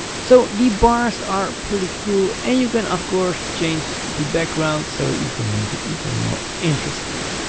so the bars are pretty cool. and you can of course, change the background, so you can make it even more interesting.